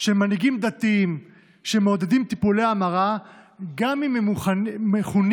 של מנהיגים דתיים שמעודדים טיפולי המרה גם אם הם מכונים,